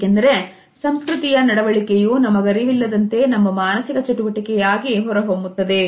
ಏಕೆಂದರೆ ಸಂಸ್ಕೃತಿಯ ನಡವಳಿಕೆಯು ನಮಗರಿವಿಲ್ಲದಂತೆ ನಮ್ಮ ಮಾನಸಿಕ ಚಟುವಟಿಕೆಯಾಗಿ ಹೊರಹೊಮ್ಮುತ್ತದೆ